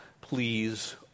please